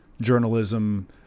journalism